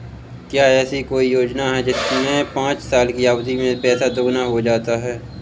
क्या ऐसी कोई योजना है जिसमें पाँच साल की अवधि में पैसा दोगुना हो जाता है?